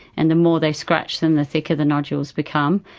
and the more they scratch then the thicker the nodules become.